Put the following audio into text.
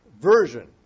version